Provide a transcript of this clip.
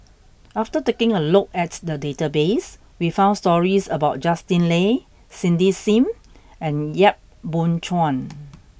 after taking a look at the database we found stories about Justin Lean Cindy Sim and Yap Boon Chuan